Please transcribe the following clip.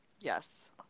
Yes